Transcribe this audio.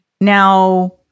Now